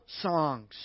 songs